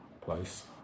place